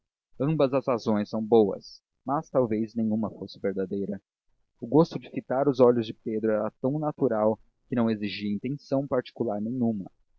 ambas as razões são boas mas talvez nenhuma fosse verdadeira o gosto de fitar os olhos de pedro era tão natural que não exigia intenção particular nenhuma